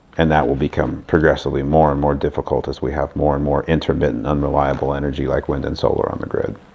and that will become progressively more and more difficult as we have more and more intermittent, unreliable energy like wind and solar on the grid.